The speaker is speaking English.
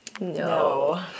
No